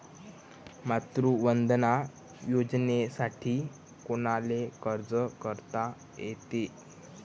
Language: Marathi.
मातृवंदना योजनेसाठी कोनाले अर्ज करता येते?